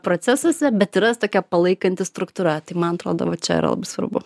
procesuose bet yra tokia palaikanti struktūra tai man atrodova čia yra labai svarbu